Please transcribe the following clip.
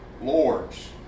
lords